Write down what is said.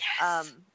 Yes